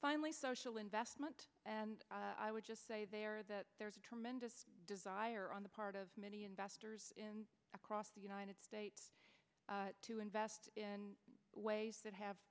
finally social investment and i would just say there that there's a tremendous desire on the part of many investors across the united states to invest in ways that have